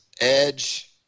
edge